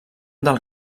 del